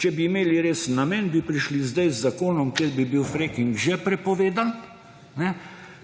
če bi imeli resen namen, bi prišli zdaj z zakonom, kjer bi bil freking že prepovedan,